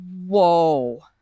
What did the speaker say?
whoa